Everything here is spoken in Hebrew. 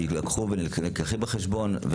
הדברים בהחלט יילקחו ונלקחים בחשבון.